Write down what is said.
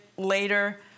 Later